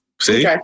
See